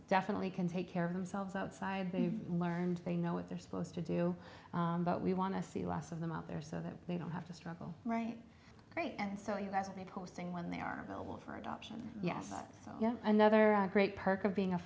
definitely can take care of themselves outside they've learned they know what they're supposed to do but we want to see less of them out there so that they don't have to struggle right great and so you ask a posting when they are available for adoption yes yet another great perk of being a